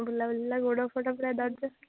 ବୁଲାବୁଲି ହେଲା ଗୋଡ଼ ଫୋଡ଼ ପୁରା ଦରଜ